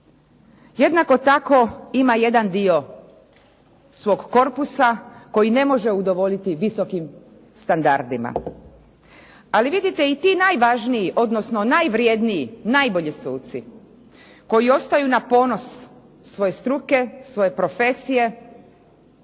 Jednako tako ima jedan dio svog korpusa koji ne može udovoljiti visokim standardima. Ali vidite i ti najvažniji, odnosno najvredniji najbolji suci koji ostaju na ponos svoje struke, svoje profesije